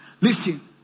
Listen